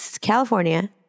California